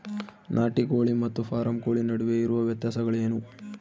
ನಾಟಿ ಕೋಳಿ ಮತ್ತು ಫಾರಂ ಕೋಳಿ ನಡುವೆ ಇರುವ ವ್ಯತ್ಯಾಸಗಳೇನು?